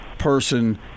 person